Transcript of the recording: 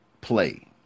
Play